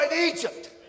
Egypt